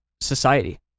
society